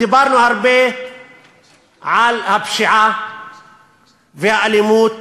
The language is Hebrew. דיברנו הרבה על הפשיעה והאלימות